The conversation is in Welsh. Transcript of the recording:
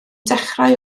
dechrau